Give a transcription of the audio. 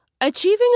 Achieving